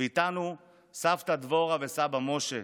ואיתנו סבתא דבורה וסבא משה,